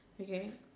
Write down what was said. okay